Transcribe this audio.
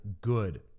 Good